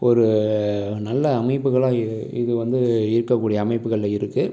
ஒரு நல்ல அமைப்புகளாக இ இது வந்து இருக்கக்கூடிய அமைப்புகளில் இருக்குது